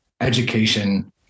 education